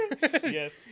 Yes